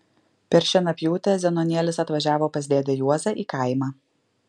per šienapjūtę zenonėlis atvažiavo pas dėdę juozą į kaimą